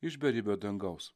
iš beribio dangaus